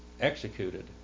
executed